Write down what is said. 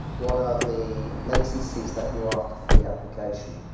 what are the latencies that you're after for the application?